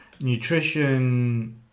nutrition